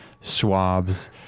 swabs